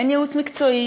אין ייעוץ מקצועי,